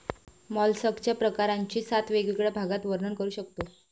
मॉलस्कच्या प्रकारांचे सात वेगवेगळ्या भागात वर्णन करू शकतो